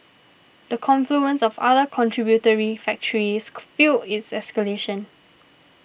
the confluence of other contributory factors fuelled its escalation